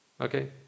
Okay